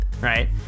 right